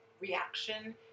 reaction